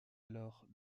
alors